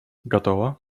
готово